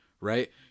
right